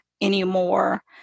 anymore